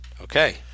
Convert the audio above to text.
Okay